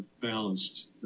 balanced